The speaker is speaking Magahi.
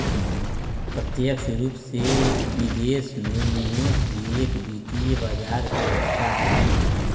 प्रत्यक्ष रूप से विदेश में निवेश भी एक वित्त बाजार के हिस्सा हई